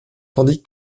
tandis